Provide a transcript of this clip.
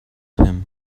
him